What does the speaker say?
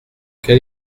quel